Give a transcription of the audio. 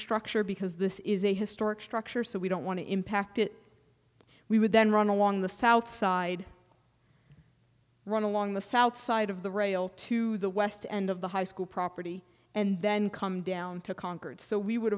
structure because this is a historic structure so we don't want to impact it we would then run along the south side run along the south side of the rail to the west end of the high school property and then come down to concord so we would